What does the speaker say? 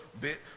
bit